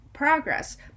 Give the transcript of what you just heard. progress